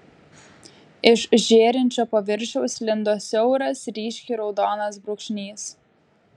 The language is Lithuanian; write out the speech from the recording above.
iš žėrinčio paviršiaus lindo siauras ryškiai raudonas brūkšnys